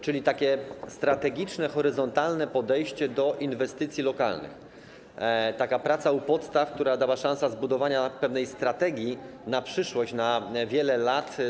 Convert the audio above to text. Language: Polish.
Czyli to takie strategiczne, horyzontalne podejście do inwestycji lokalnych, taka praca u podstaw, która dała samorządom szansę zbudowania pewnej strategii na przyszłość, na wiele lat.